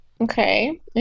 Okay